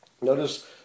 Notice